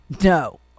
No